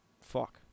Fuck